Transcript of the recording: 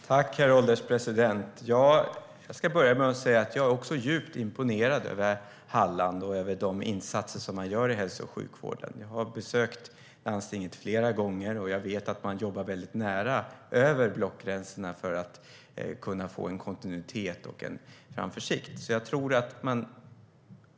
Herr ålderspresident! Jag ska börja med att säga att jag också är djupt imponerad av Halland och de insatser som man där gör i hälso och sjukvården. Jag har besökt det landstinget flera gånger, och jag vet att man jobbar väldigt nära över blockgränserna för att få kontinuitet och framförhållning.